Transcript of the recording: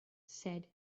said